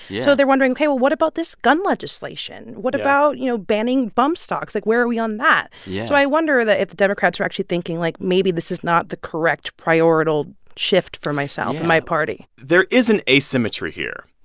yeah so they're wondering, ok, well what about this gun legislation? what about, you know, banning bump stocks? like, where are we on that? yeah so i wonder that if the democrats are actually thinking, like, maybe this is not the correct priorital shift for myself and my party yeah there is an asymmetry here,